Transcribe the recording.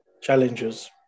Challenges